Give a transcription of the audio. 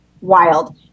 wild